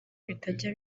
bitajya